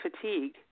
fatigue